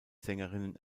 sängerinnen